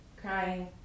crying